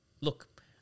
Look